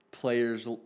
players